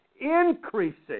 increasing